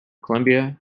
colombia